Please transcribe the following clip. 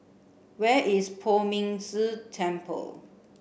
where is Poh Ming Tse Temple